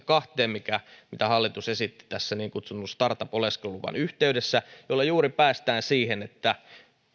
kahteen mitä hallitus esitti niin kutsutun startup oleskeluluvan yhteydessä ja jolla juuri päästään siihen että